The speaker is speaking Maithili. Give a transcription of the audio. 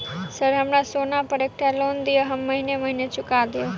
सर हमरा सोना पर एकटा लोन दिऽ हम महीने महीने चुका देब?